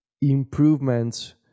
improvements